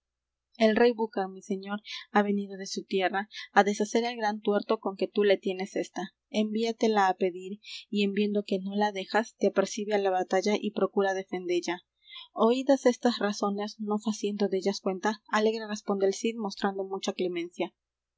el rey búcar mi señor ha venido de su tierra á deshacer el gran tuerto con que tú le tienes ésta envíatela á pedir y en viendo que no la dejas te apercibe á la batalla y procura defendella oídas estas razones no faciendo dellas cuenta alegre responde el cid mostrando mucha clemencia